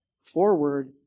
forward